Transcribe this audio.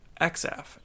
XF